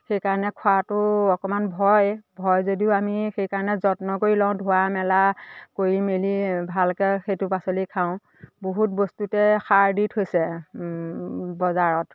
সেইকাৰণে খোৱাটো অকণমান ভয় ভয় যদিও আমি সেইকাৰণে যত্ন কৰি লওঁ ধোৱা মেলা কৰি মেলি ভালকৈ সেইটো পাচলি খাওঁ বহুত বস্তুতে সাৰ দি থৈছে বজাৰত